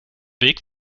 weg